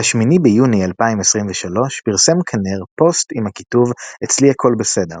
ב-8 ביוני 2023 פרסם כנר פוסט עם הכיתוב "אצלי הכל בסדר".